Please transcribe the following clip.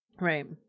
Right